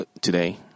today